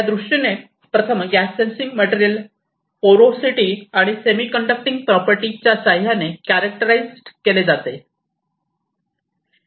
त्या दृष्टीने प्रथम गॅस सेन्सिंग मटेरियल पोरोसिटी आणि सेमीकंडक्टिंग प्रॉपर्टीज च्या साह्याने चारक्टराईज्ड केले जाते